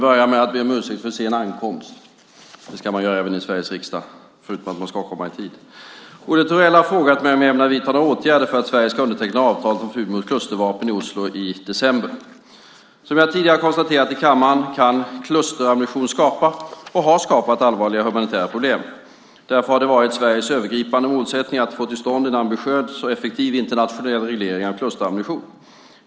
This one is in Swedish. Fru talman! Olle Thorell har frågat mig om jag ämnar vidta några åtgärder för att Sverige ska underteckna avtalet om förbud mot klustervapen i Oslo i december. Som jag tidigare konstaterat i kammaren kan klusterammunition skapa och har skapat allvarliga humanitära problem. Därför har det varit Sveriges övergripande målsättning att få till stånd en ambitiös och effektiv internationell reglering av klusterammunition.